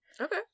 Okay